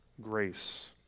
grace